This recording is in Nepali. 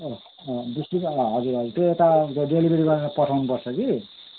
अँ बिस रुपियाँ हजुर हजुर त्यो यता डेलिभरी गरेर पठाउनु पर्छ कि